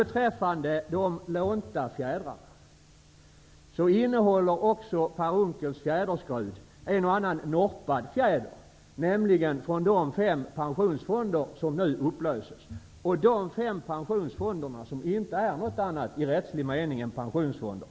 Beträffande de lånta fjädrarna så innehåller också Per Unckels fjäderskrud en och annan norpad fjäder, nämligen från de fem pensionsfonder som nu upplöses. De fem pensionsfonderna är i rättslig mening inte något annat än pensionsfonder.